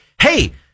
Hey